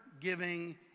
giving